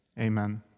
Amen